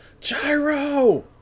Gyro